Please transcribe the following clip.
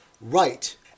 Right